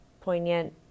poignant